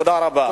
תודה רבה.